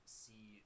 see